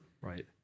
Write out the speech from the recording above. Right